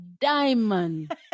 diamond